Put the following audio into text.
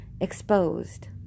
exposed